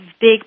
big